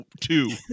two